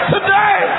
Today